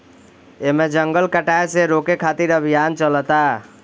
एमे जंगल कटाये से रोके खातिर अभियान चलता